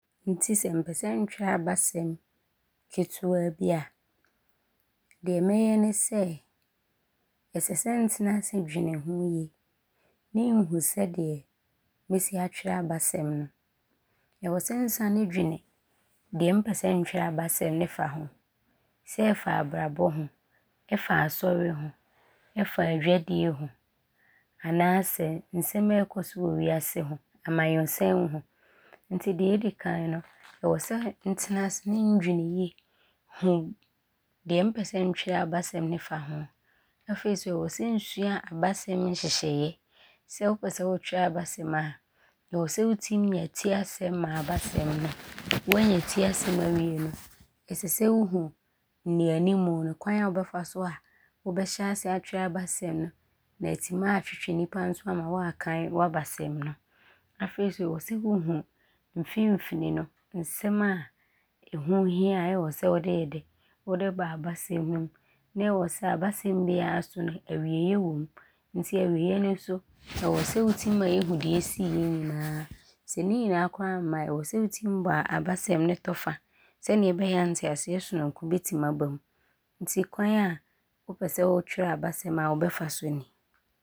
Sɛ mpɛ sɛ ntwerɛ abasɛm ketewaa bi a, deɛ mɛyɛ ne sɛ, ɔsɛ sɛ ntena ase dwene hoo yie ne nhu sɛdeɛ mɛsi atwerɛ abasɛm no. Ɔwɔ sɛ nsane dwene deɛ mpɛ sɛ ntwerɛ abasɛm no fa ho, sɛ ɔfa abrabɔ ho, ɔfa asɔre ho, ɔfa adwadie ho anaasɛ nsɛm a ɔrekɔ so wɔ wiase ho ne amanyɔsɛm ho. Nti deɛ ɔdi kan no, ɔwɔ ntena ase ne ndwene yie hu deɛ mpɛ sɛ ntwerɛ abasɛm no fa ho. Afei so, ɔwɔ sɛ nsua abasɛm nhyehyɛeɛ, sɛ wopɛ sɛ wotwerɛ abasɛm a, ɔwɔ sɛ wotim nya ti asɛm ma abasɛm no. Woanya ti asɛm awie no, ɔsɛ sɛ wohu nnianimu no. Kwan a wobɛfa so ahyɛ aseɛ atwerɛ abasɛm no na atim aatwetwe nnipa nso ama wɔaakan abasɛm no. Afei so ɔwɔ sɛ wohu mfimfini no, nsɛm a hoo hia a ɔwɔ sɛ wode ba abasɛm no mu. Ne ɔwɔ sɛ abasɛm biaa so no, awieeɛ wom nti awieeɛ ne so ɔwɔ sɛ wotim ma yɛhu deɛ ɔsiiɛ nyinaa. Sɛ ne nyinaa koraa amma a, ɔwɔ sɛ wotim bɔ abasɛm no tɔfa. sɛnea ɔbɛyɛ a nteaseɛ sononko bɛtim abam nti kwan a wopɛ sɛ wotwerɛ abasɛm a, wobɛfa so ni.